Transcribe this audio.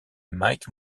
mike